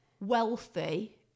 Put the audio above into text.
wealthy